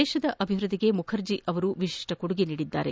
ದೇಶದ ಅಭಿವೃದ್ಧಿಗೆ ಮುಖರ್ಜಿ ಅವರು ವಿಶಿಷ್ಟ ಕೊಡುಗೆ ನೀಡಿದ್ದಾರೆ